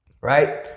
Right